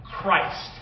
Christ